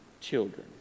children